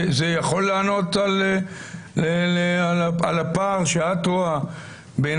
זה יכול לענות על הפער שאת רואה בין